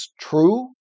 true